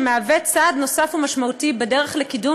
שמהווה צעד נוסף ומשמעותי בדרך לקידום